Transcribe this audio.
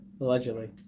Allegedly